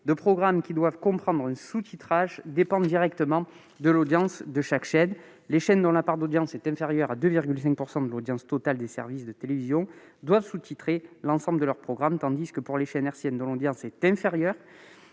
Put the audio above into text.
de programmes qui doit comprendre un sous-titrage dépend directement de l'audience de chaque chaîne. Les chaînes dont la part d'audience est inférieure à 2,5 % de l'audience totale des services de télévision doivent sous-titrer l'ensemble de leurs programmes, tandis que pour les chaînes hertziennes dont l'audience est inférieure